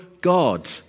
God